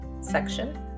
section